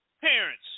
parents